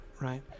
Right